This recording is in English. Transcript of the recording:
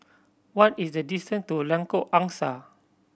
what is the distance to Lengkok Angsa